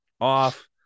off